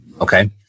Okay